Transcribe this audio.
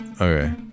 Okay